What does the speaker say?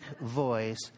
voice